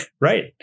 Right